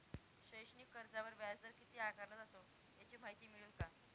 शैक्षणिक कर्जावर व्याजदर किती आकारला जातो? याची माहिती मिळेल का?